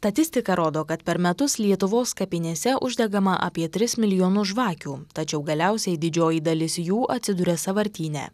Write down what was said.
statistika rodo kad per metus lietuvos kapinėse uždegama apie tris milijonus žvakių tačiau galiausiai didžioji dalis jų atsiduria sąvartyne